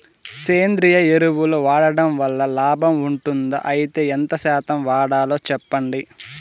సేంద్రియ ఎరువులు వాడడం వల్ల లాభం ఉంటుందా? అయితే ఎంత శాతం వాడాలో చెప్పండి?